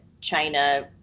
China